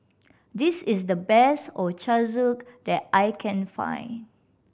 this is the best Ochazuke that I can find